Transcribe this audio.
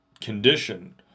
condition